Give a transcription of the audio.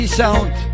sound